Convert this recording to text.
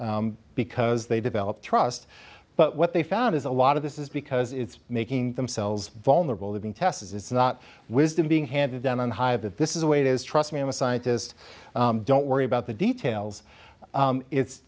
because they develop trust but what they found is a lot of this is because it's making themselves vulnerable even tess's it's not wisdom being handed down on high that this is a way it is trust me i'm a scientist don't worry about the details